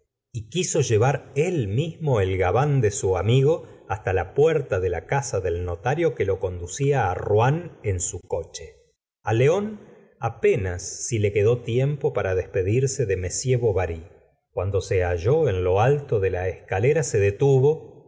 y quiso llevar mismo el gabán de su amigo hasta la puerta de la casa del notario que lo conducía á rouen en su coche a león apenas si le quedó tiempo para despedirse de m bovary cuando se halló en lo alto de la escalera se detuvo tan